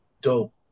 Dope